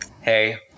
Hey